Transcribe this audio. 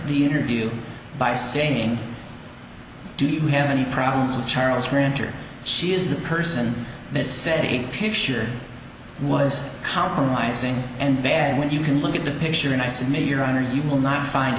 the interview by saying do you have any problems with charles ranter she is the person that said a picture was compromising and bad when you can look at the picture and i said maybe your honor you will not find